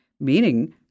meaning